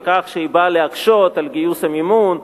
על כך שהיא באה להקשות על גיוס המימון,